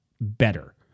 better